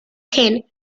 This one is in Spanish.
gen